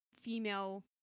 female